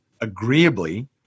agreeably